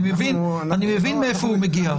אני מבין מאיפה הוא מגיע.